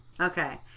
Okay